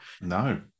No